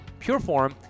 Pureform